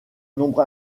nombre